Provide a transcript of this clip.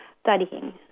studying